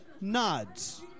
nods